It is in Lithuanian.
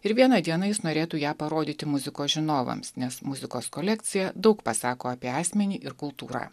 ir vieną dieną jis norėtų ją parodyti muzikos žinovams nes muzikos kolekcija daug pasako apie asmenį ir kultūrą